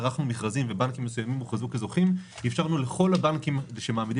לא, לא, בהלוואות תקציביות הבנק לא מקבל